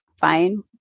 fine